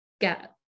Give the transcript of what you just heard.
get